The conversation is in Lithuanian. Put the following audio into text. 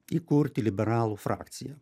įkurti liberalų frakciją